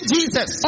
Jesus